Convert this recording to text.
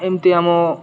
ଏମିତି ଆମ